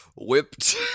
Whipped